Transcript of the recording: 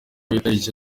itariki